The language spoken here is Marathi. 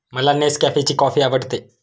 मला नेसकॅफेची कॉफी आवडते